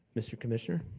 mr. commissioner?